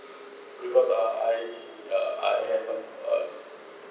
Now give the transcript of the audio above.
because uh I uh I have a